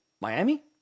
Miami